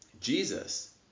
Jesus